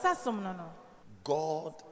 god